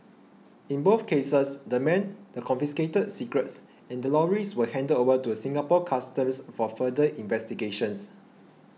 in both cases the men the confiscated cigarettes and the lorries were handed over to Singapore Customs for further investigations